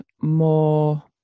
more